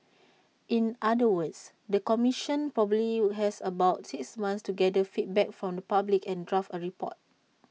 in other words the commission probably has about six months to gather feedback from the public and draft A report